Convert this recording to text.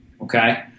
Okay